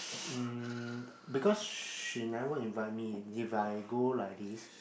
mm because she never invite me if I go like this